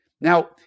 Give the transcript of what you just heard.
Now